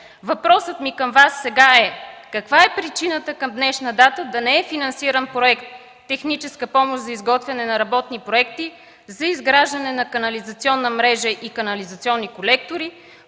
Въпросът ми към Вас сега е: каква е причината към днешна дата да не е финансиран Проект „Техническа помощ за изготвяне на работни проекти за изграждане на канализационна мрежа и канализационни колектори,